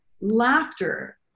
Laughter